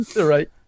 Right